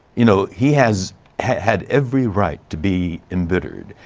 you know, he has had every right to be em bittered,